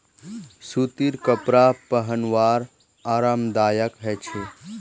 सूतीर कपरा पिहनवार आरामदायक ह छेक